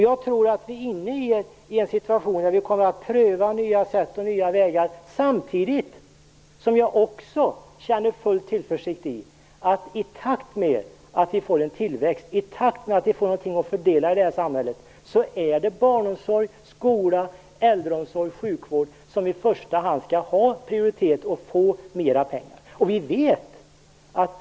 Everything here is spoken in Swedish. Jag tror att vi är inne i en situation där vi kommer att pröva nya sätt och nya vägar, samtidigt som jag också känner full tillförsikt till att i takt med att vi får en tillväxt, i takt med att vi får någonting att fördela i det här samhället är det barnomsorg, skola, äldreomsorg och sjukvård som i första hand skall prioriteras och få mer pengar.